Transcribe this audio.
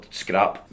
scrap